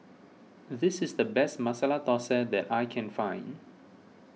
this is the best Masala Thosai that I can find